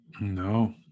No